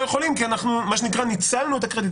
יכולים כי אנחנו ניצלנו מה שנקרא את הקרדיט.